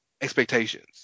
expectations